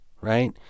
Right